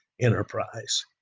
enterprise